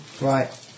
Right